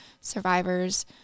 survivors